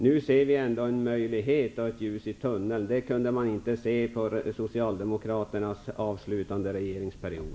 Nu ser vi ändå en möjlighet och ett ljus i tunneln. Det kunde man inte under Socialdemokraternas avslutande regeringsperiod.